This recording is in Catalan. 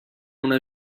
una